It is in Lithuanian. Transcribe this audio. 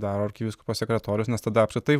daro arkivyskupo sekretorius nes tada apskritai